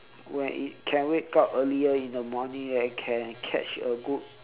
when it can wake up earlier in the morning and can catch a good